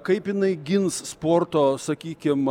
kaip jinai gins sporto sakykim